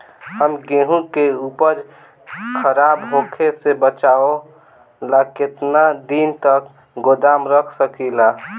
हम गेहूं के उपज खराब होखे से बचाव ला केतना दिन तक गोदाम रख सकी ला?